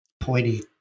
pointy